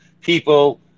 people